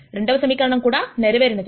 రెండవ సమీకరణము కూడా నెరవేరినది